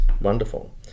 wonderful